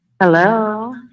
hello